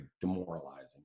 demoralizing